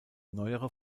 neuere